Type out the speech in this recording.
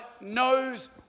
knows